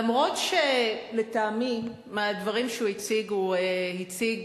אף שלטעמי, בדברים שהוא הציג, הוא הציג